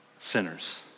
sinners